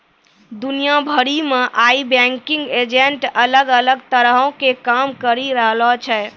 दुनिया भरि मे आइ बैंकिंग एजेंट अलग अलग तरहो के काम करि रहलो छै